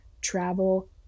travel